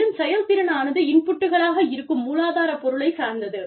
மேலும் செயல்திறன் ஆனது இன்புட்களாக இருக்கும் மூலாதார பொருளை சார்ந்தது